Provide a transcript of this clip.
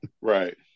Right